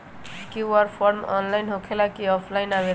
QR form online होकेला कि offline आवेदन?